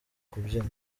kubyina